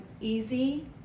easy